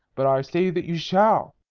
but i say that you shall!